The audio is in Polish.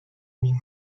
nim